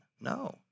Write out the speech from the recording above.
No